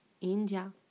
India